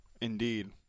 Indeed